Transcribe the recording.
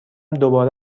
دوباره